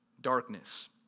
darkness